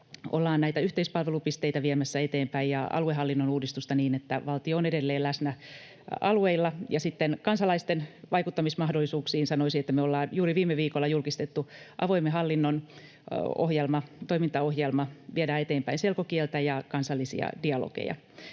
ollaan näitä yhteispalvelupisteitä viemässä eteenpäin ja aluehallinnon uudistusta, niin että valtio on edelleen läsnä alueilla. Sitten kansalaisten vaikuttamismahdollisuuksiin sanoisin, että me ollaan juuri viime viikolla julkistettu avoimen hallinnon toimintaohjelma, ja viedään eteenpäin selkokieltä ja kansallisia dialogeja.